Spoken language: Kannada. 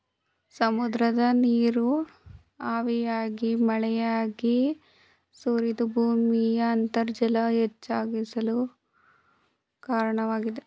ಸಮುದ್ರದ ನೀರು ಹಾವಿಯಾಗಿ ಮಳೆಯಾಗಿ ಸುರಿದು ಭೂಮಿಯ ಅಂತರ್ಜಲ ಹೆಚ್ಚಾಗಲು ಕಾರಣವಾಗಿದೆ